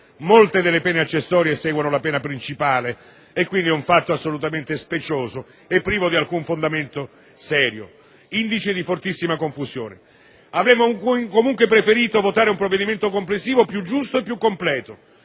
molte delle pene accessorie seguono la pena principale. Quindi, è un fatto assolutamente specioso e privo di alcun fondamento serio, indice di fortissima confusione. Avremmo comunque preferito votare un provvedimento complessivo più giusto e più completo.